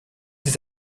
des